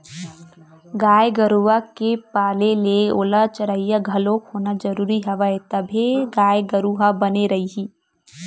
गाय गरुवा के पाले ले ओला चरइया घलोक होना जरुरी हवय तभे गाय गरु ह बने रइही